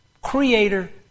Creator